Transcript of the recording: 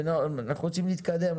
אנחנו רוצים להתקדם.